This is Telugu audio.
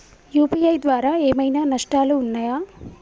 యూ.పీ.ఐ ద్వారా ఏమైనా నష్టాలు ఉన్నయా?